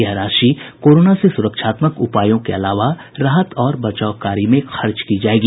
यह राशि कोरोना से सुरक्षात्मक उपायों के अलावा राहत और बचाव कार्य में खर्च की जायेगी